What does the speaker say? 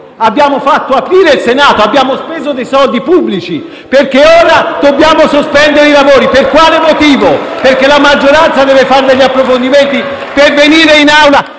Abbiamo fatto aprire il Senato, abbiamo speso dei soldi pubblici. Perché ora dobbiamo sospendere i lavori? Per quale motivo? La maggioranza deve fare degli approfondimenti? *(Commenti della